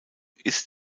ist